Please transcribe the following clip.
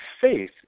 faith